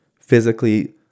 physically